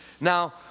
Now